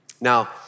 Now